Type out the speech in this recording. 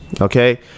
okay